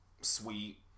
sweet